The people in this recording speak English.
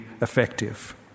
effective